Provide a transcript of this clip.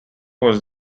was